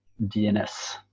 dns